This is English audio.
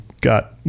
got